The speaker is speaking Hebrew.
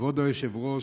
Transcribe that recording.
כבוד היושב-ראש,